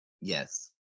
Yes